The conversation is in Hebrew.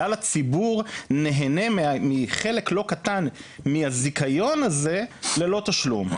כלל הציבור נהנה מחלק לא קטן מהזיכיון הזה ללא תשלום.